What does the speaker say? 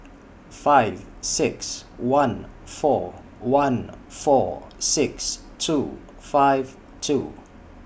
five six one four one four six two five two